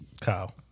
Kyle